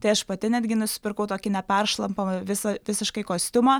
tai aš pati netgi nusipirkau tokį neperšlampamą visą visiškai kostiumą